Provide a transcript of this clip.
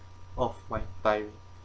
of my time